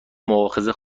مواخذه